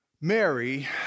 Mary